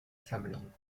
sammlung